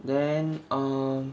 then err